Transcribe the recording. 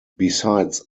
besides